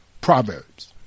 Proverbs